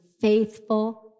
faithful